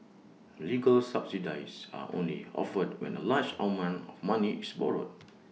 legal subsidies are only offered when A large amount of money is borrowed